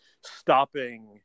stopping